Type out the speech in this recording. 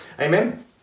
Amen